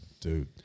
Dude